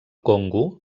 congo